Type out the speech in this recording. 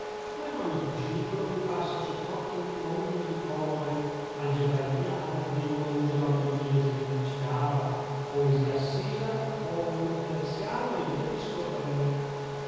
ma in ogni fascicolo vi passa sott'occhio un mondo di cose algebra indiana demonologia babilonese medicina araba poesia assira apologo persiano e via discorrendo